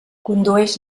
condueix